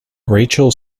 rachel